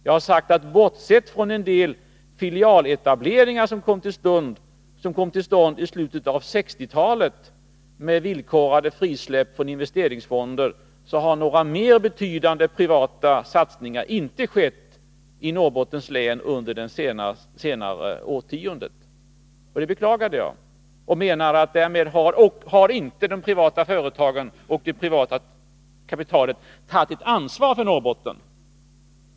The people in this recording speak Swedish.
Jag har sagt att bortsett från en del filialetableringar som kom till stånd i slutet av 1960-talet med villkorade frisläpp av investeringsfonder har några mer betydande privata satsningar inte skett i Norrbottens län under det senaste årtiondet. Och det beklagade jag. Jag menar att det privata företagandet och det privata kapitalet därmed inte har tagit ansvar för Norrbotten.